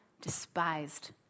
despised